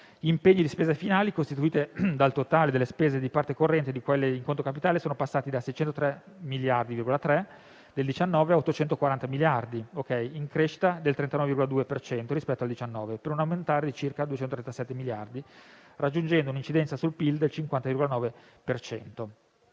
impegni di spesa finali, costituiti dal totale delle spese di parte corrente e di quelle in conto capitale, sono passati da 603,3 miliardi di euro del 2019 a 840 miliardi di euro, in crescita del 39,2 per cento rispetto al 2019, per un ammontare di circa 237 miliardi di euro, raggiungendo un'incidenza sul PIL del 50,9